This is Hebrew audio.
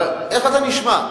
אבל איך אתה נשמע?